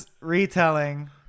Retelling